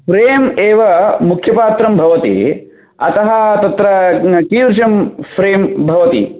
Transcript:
frame एव मुख्यपात्रं भवति अतः तत्र किदृशं फ़्रेम् भवति